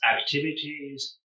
activities